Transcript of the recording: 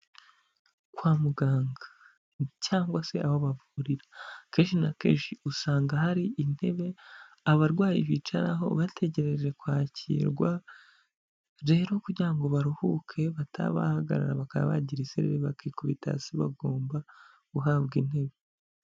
Kwa muganga cyangwa se aho bavurira, akenshi na kenshi usanga hari intebe abarwayi bicaraho bategereje kwakirwa, rero kugira ngo baruhuke bataba bahagarara bakaba bagira iserere bakikubita hasi bagomba guhabwa intebe.